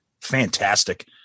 Fantastic